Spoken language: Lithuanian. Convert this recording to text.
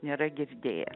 nėra girdėję